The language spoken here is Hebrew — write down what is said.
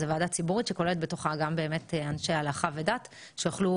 זו ועדה ציבורית שכוללת בתוכה גם אנשי הלכה ודת שיוכלו